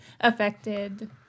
affected